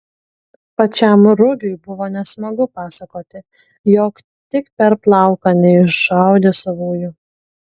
pačiam rugiui buvo nesmagu pasakoti jog tik per plauką neiššaudė savųjų